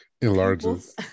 enlarges